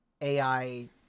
AI